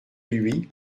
lui